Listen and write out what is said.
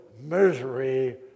misery